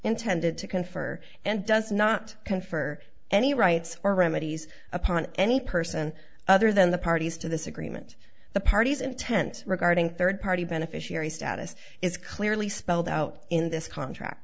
intended to confer and does not confer any rights or remedies upon any person other than the parties to this agreement the parties intent regarding third party beneficiary status is clearly spelled out in this contract